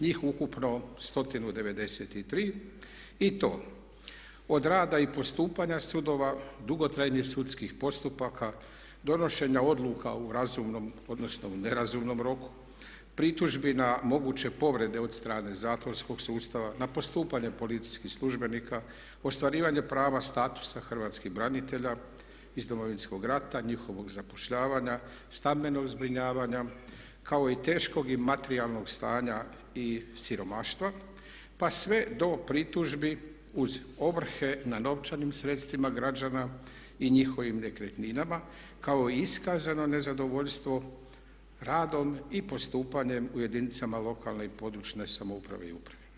Njih ukupno 193 i to od rada i postupanja sudova, dugotrajnih sudskih postupaka, donošenja odluka u razumnom, odnosno u nerazumnom roku, pritužbi na moguće povrede od strane zatvorskog sustava, na postupanje policijskih službenika, ostvarivanje prava statusa hrvatskih branitelja iz Domovinskog rata, njihovog zapošljavanja, stambenog zbrinjavanja kao i teškog i materijalnog stanja i siromaštva pa sve do pritužbi uz ovrhe nad novčanim sredstvima građana i njihovim nekretninama kao i iskazano nezadovoljstvo radom i postupanjem u jedinicama lokalne i područne samouprave i uprave.